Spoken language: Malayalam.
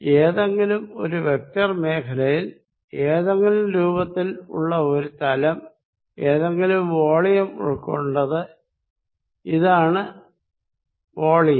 ഏതെങ്കിലും ഒരു വെക്റ്റർ മേഖലയിൽ ഏതെങ്കിലും രൂപത്തിൽ ഉള്ള ഒരു തലം ഏതെങ്കിലും വോളിയം ഉൾക്കൊണ്ടത് ഇതാണ് വോളിയം